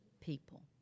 people